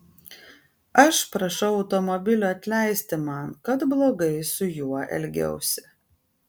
aš prašau automobilio atleisti man kad blogai su juo elgiausi